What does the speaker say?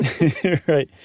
right